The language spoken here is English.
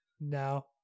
No